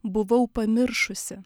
buvau pamiršusi